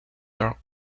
dark